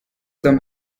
them